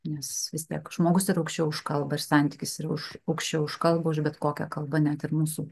nes vis tiek žmogus yra aukščiau už kalba ir santykis yra už aukščiau už kalbą už bet kokią kalbą net ir mūsų